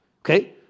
Okay